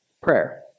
prayer